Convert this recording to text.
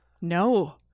No